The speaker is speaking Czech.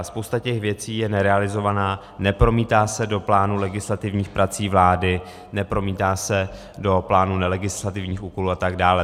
Spousta těch věcí je nerealizovaná, nepromítá se do plánu legislativních prací vlády, nepromítá se do plánu legislativních úkolů atd.